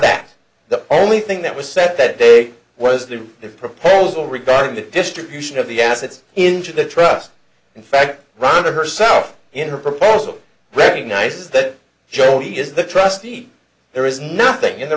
that the only thing that was set that day was there is a proposal regarding the distribution of the assets into the trust in fact rather herself in her proposal recognizes that joey is the trustee there is nothing in the